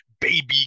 baby